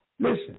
Listen